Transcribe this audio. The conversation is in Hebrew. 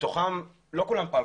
מתוכם לא כולם פלקל.